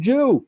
Jew